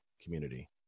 community